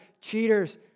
cheaters